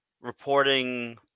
reporting